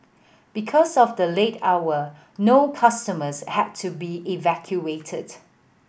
because of the late hour no customers had to be evacuated